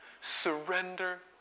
Surrender